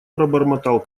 пробормотал